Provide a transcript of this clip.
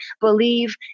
Believe